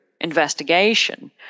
investigation